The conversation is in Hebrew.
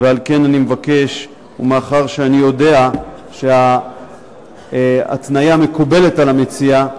ועל כן, מאחר שאני יודע שההתניה מקובלת על המציע,